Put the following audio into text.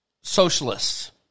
socialists